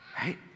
right